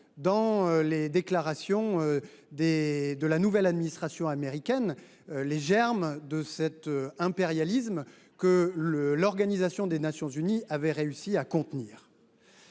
dans les déclarations de la nouvelle administration américaine les germes de cet impérialisme que l’ONU avait réussi à contenir.